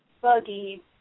buggy